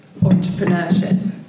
entrepreneurship